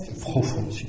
profond